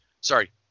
Sorry